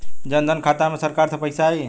जनधन खाता मे सरकार से पैसा आई?